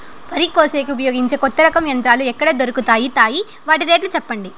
వరి కోసేకి ఉపయోగించే కొత్త రకం యంత్రాలు ఎక్కడ దొరుకుతాయి తాయి? వాటి రేట్లు చెప్పండి?